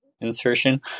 insertion